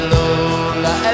Lola